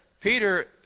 Peter